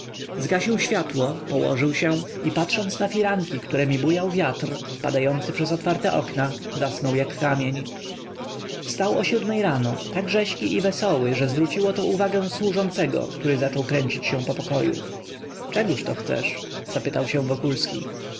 zgasił światło położył się i patrząc na firanki któremi bujał wiatr wpadający przez otwarte okno zasnął jak kamień wstał o siódmej rano tak rzeźki i wesoły że zwróciło to uwagę służącego który zaczął kręcić się po pokoju czegóż to chcesz zapytał wokulski ja